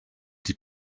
die